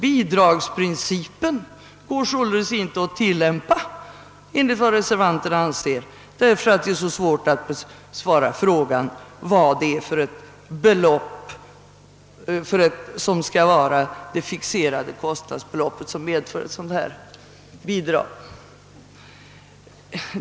Bidragsprincipen går således inte att tillämpa enligt vad reservanterna anser emedan det är så svårt att bestämma vilket kostnadsläge som skall medföra bidrag.